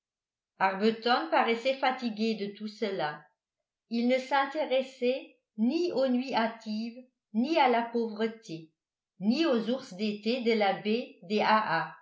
arbuton paraissait fatigué de tout cela il ne s'intéressait ni aux nuits hâtives ni à la pauvreté ni aux ours d'été de la baie